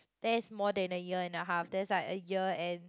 that is more than a year and a half that is like a year and